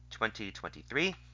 2023